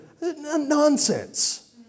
Nonsense